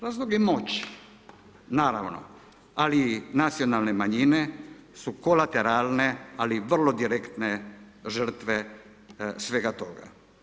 Razlog, razlog je moć, naravno, ali nacionalne manjine su kolateralne, ali vrlo direktne žrtve svega toga.